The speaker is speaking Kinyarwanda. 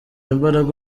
imbaraga